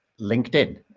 linkedin